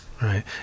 Right